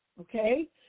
okay